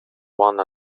one